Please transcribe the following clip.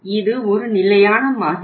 இது ஒரு நிலையான மாதிரி